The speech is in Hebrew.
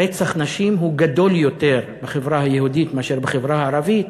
רצח נשים הוא גדול יותר בחברה היהודית מאשר בחברה הערבית,